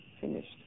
finished